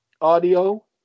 audio